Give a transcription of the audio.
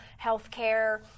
healthcare